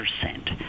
percent